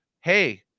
hey